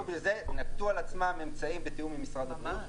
נקטו על עצמם אמצעים בתיאום עם משרד הבריאות,